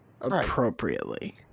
Appropriately